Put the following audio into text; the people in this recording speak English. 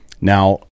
Now